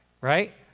right